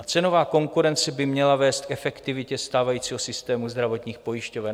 Cenová konkurence by měla vést k efektivitě stávajícího systému zdravotních pojišťoven.